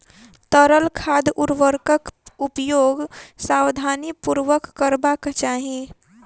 तरल खाद उर्वरकक उपयोग सावधानीपूर्वक करबाक चाही